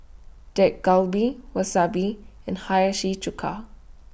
Dak Galbi Wasabi and Hiyashi Chuka